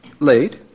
Late